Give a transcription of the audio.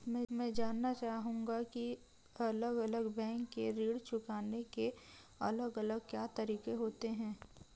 मैं जानना चाहूंगा की अलग अलग बैंक के ऋण चुकाने के अलग अलग क्या तरीके होते हैं?